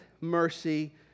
mercy